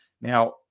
Now